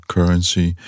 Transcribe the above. Currency